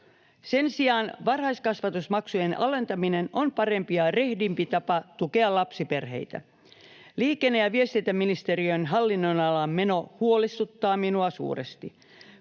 Sen sijaan varhaiskasvatusmaksujen alentaminen on parempi ja rehdimpi tapa tukea lapsiperheitä. Liikenne‑ ja viestintäministeriön hallinnonalan meno huolestuttaa minua suuresti,